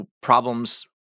problems